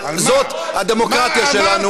אבל זאת הדמוקרטיה שלנו.